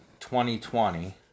2020